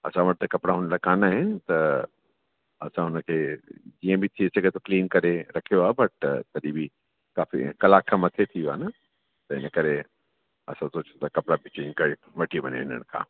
असां वटि त कपिड़ा उन लाइ कोन आहिनि त असां हुन खे जीअं बि थी सघे थो क्लीन करे रखियो आहे पर तॾहिं बि काफ़ी कलाक खां मथे थी वियो आहे न त हिन करे असां कुझु ॿिया कपिड़ा बि चैंज करे वठी वञे हिननि खां